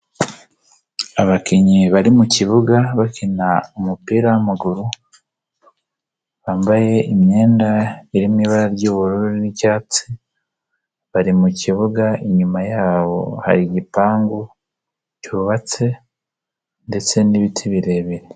Abakinnyi bari mukibuga, bakina umupira wamaguru, bambaye imyenda irimo ibara ry'ubururu n'icyatsi, bari mukibuga inyuma yabo hari igipangu cyubatse ndetse n'ibiti birebire.